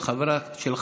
מס' 185,